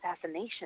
assassination